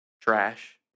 trash